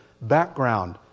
background